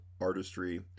artistry